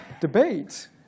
debate